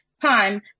time